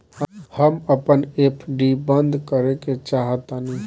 हम अपन एफ.डी बंद करेके चाहातानी